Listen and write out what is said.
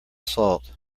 salt